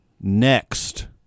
next